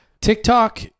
TikTok